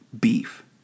beef